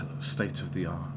state-of-the-art